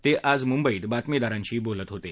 ते आज मुंबईत बातमीदारांशी बोलत होते